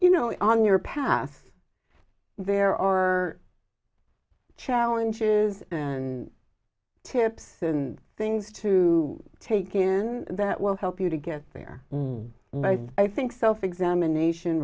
you know on your path there are challenges and tips and things to take in that will help you to get there but i think self examination